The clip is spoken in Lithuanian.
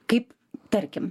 kaip tarkim